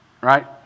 Right